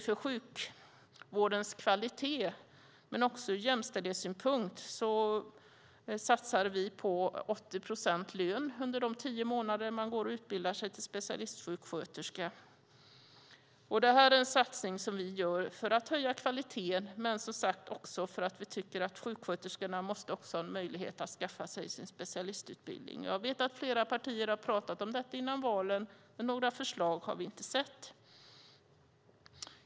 För sjukvårdens kvalitets skull men också därför att det är bra ur jämställdhetssynpunkt satsar vi på 80 procents lön under de tio månader man utbildar sig till specialistsjuksköterska. Detta är en satsning som vi gör för att höja kvaliteten, men som sagt också därför att vi tycker att sjuksköterskorna måste ha en möjlighet att skaffa sig sin specialistutbildning. Jag vet att flera partier har talat om detta före valen, men några förslag har vi inte sett.